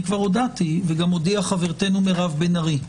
אני כבר הודעתי, וגם הודיעה חברתנו מירב בן ארי,